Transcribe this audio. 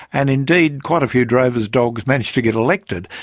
and indeed, quite a few drovers' dogs managed to get elected.